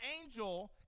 angel